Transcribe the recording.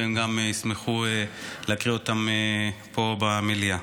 והם גם ישמחו להקריא אותם פה במליאה.